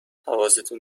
حواستون